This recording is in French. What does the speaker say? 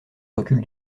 recul